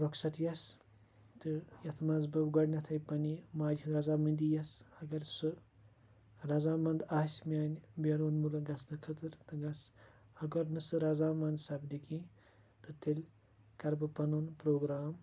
رۄخصتِیَس تہٕ یتھ منٛز بہٕ گۄڈٕنیٚتھٕے پَننہِ ماجہِ ہنٛز رَضامنٛدی یَس اَگَر سُہ رضامَنٛد آسہِ میانہِ بیرون مُلُک گَژھنہٕ خٲطٕر تہٕ گَژھہٕ اَگَر نہٕ سُہ رَضامَنٛد سَپدِ کیٚنٛہہ تہٕ تیٚلہِ کَر بہٕ پَنُن پروگرام